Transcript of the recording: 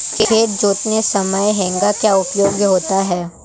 खेत जोतते समय हेंगा का उपयोग होता है